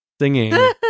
singing